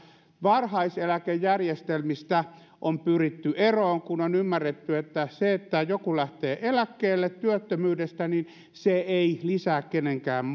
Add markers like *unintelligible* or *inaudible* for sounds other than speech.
varhaiseläkejärjestelmistä on pyritty eroon kun on ymmärretty että jos joku lähtee eläkkeelle työttömyydestä se ei lisää kenenkään *unintelligible*